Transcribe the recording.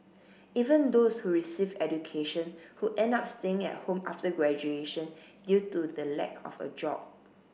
even those who received education who end up staying at home after graduation due to the lack of a job